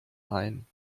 ein